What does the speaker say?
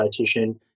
dietitian